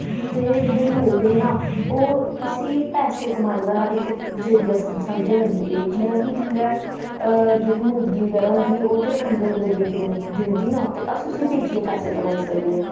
ते जेह्ड़े लोक हे ना ओह् इस्सी पैसे कमाने दा इक जरिया समझन लग्गी पे जि'यां कि जिसलै जेह्ड़ी मुर्गी बगैरा होंदी ही ओह् ते अंडे ब्गैरा दिंदी ही तां अस उस्सी बेची पैसे कमाई सकदे हे